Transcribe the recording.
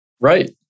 Right